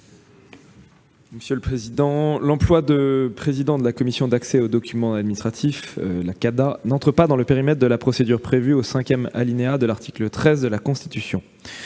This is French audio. le secrétaire d'État. L'emploi de président de la Commission d'accès aux documents administratifs (CADA) n'entre pas dans le périmètre de la procédure prévue au cinquième alinéa de l'article 13 de la Constitution.